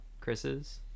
chris's